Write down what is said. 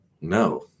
No